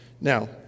Now